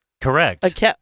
correct